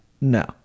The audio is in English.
No